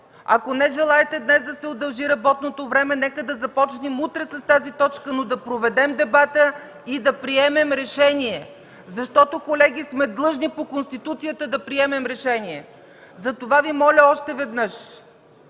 ако не желаете днес да се удължи работното време, нека да започнем утре с тази точка, но да проведем дебата и да приемем решение, защото, колеги, сме длъжни по Конституция да приемем решение. Затова Ви моля още веднъж: